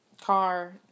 car